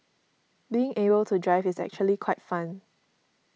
being able to drive is actually quite fun